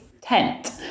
tent